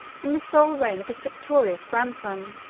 and the sole reign of his victorious grandson.